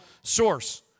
source